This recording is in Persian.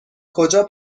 کجا